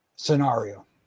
scenario